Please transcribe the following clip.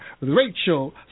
Rachel